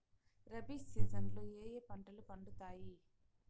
rabi season లో ఏ ఏ పంటలు పండుతాయి